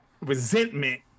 resentment